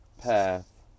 path